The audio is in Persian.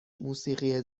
موسیقی